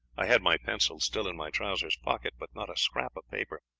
i had my pencil still in my trousers pocket, but not a scrap of paper.